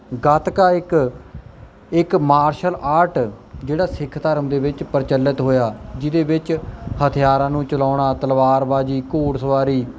ਗੱਤਕਾ ਇੱਕ ਇੱਕ martial art ਜਿਹੜਾ ਸਿੱਖ ਧਰਮ ਦੇ ਵਿੱਚ ਪ੍ਰਚਲਿਤ ਹੋਇਆ ਜਿਹਦੇ ਵਿੱਚ ਹਥਿਆਰਾਂ ਨੂੰ ਚਲਾਉਣਾ ਤਲਵਾਰਬਾਜੀ ਘੋੜ ਸਵਾਰੀ